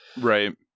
Right